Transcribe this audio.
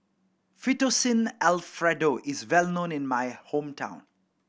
Fettuccine Alfredo is well known in my hometown